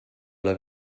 alla